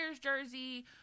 Jersey